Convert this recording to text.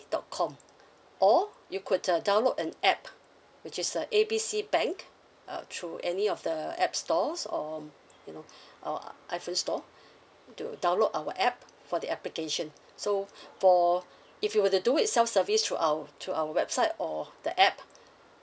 dot com or you could the download an app which is err A B C bank uh through any of the uh app stores or you know uh iPhone store to download our app for the application so for if you were to do it self service through our thorough our website or the app